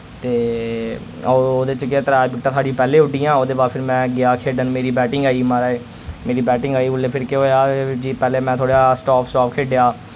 ते ओह्दे च गै त्रै बिकटां साढ़ी पैह्ले उड्डियां ओह्दे बाद फ्ही मैं गेआ खेढन मेरी बैटिंग आई माराज मेरी बैटिंग आई उल्लै फिर केह् होआ जी पैह्ले मैं थोह्ड़ा स्टाप स्टाप खेढेआ